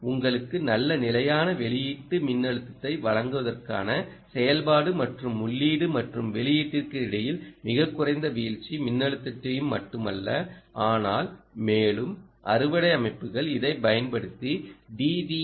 ஓ உங்களுக்கு நல்ல நிலையான வெளியீட்டு மின்னழுத்தத்தை வழங்குவதற்கான செயல்பாடு மற்றும் உள்ளீடு மற்றும் வெளியீட்டிற்கு இடையில் மிகக் குறைந்த வீழ்ச்சி மின்னழுத்தத்தையும் மட்டுமல்ல ஆனால் மேலும் அறுவடை அமைப்புகள் இதைப் பயன்படுத்தி டி